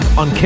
on